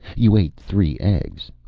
you ate three eggs.